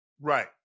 Right